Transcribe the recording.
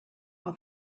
all